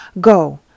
go